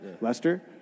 Lester